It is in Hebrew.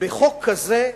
בחוק כזה,